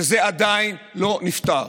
וזה עדיין לא נפתר.